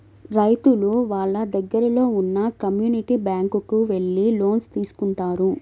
రైతులు వాళ్ళ దగ్గరలో ఉన్న కమ్యూనిటీ బ్యాంక్ కు వెళ్లి లోన్స్ తీసుకుంటారు